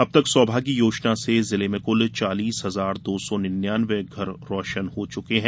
अब तक सौभाग्य योजना से जिले के कुल चालीस हजार दो सौ निन्यानवें घर रोशन हो चुके हैं